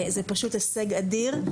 זה פשוט הישג אדיר,